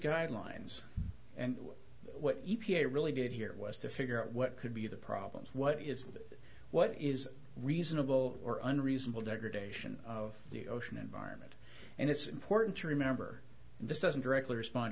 guidelines and what e p a really did here was to figure out what could be the problems what is the what is reasonable or unreasonable degradation of the ocean environment and it's important to remember this doesn't directly respond